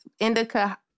Indica